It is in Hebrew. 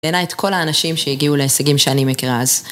לילה את כל האנשים שהגיעו להישגים שאני מכירה אז.